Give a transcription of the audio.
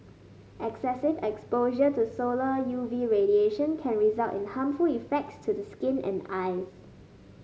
excessive exposure to solar U V radiation can result in harmful effects to the skin and eyes